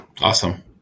Awesome